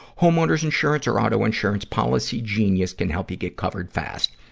homeowner's insurance or auto insurance, policygenius can help you get covered fast.